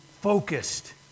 focused